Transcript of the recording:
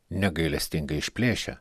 negailestingai išplėšia